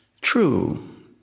true